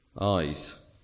eyes